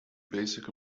basic